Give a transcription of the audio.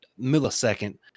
millisecond